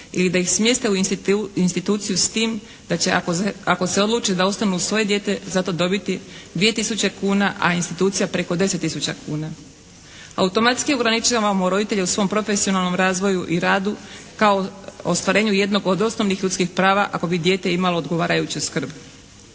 ili da ih smjeste u instituciju s tim da ako se odluče da ostanu uz svoje dijete za to dobiti 2 tisuće kuna a institucija preko 10 tisuća kuna. Automatski ograničavamo roditelje u svom profesionalnom razvoju i radu kao ostvar4enju jednog od osnovnih ljudskih prava ako bi dijete imalo odgovarajuću skrb.